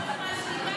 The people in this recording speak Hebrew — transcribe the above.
אותי לא קיבלו לרפואה.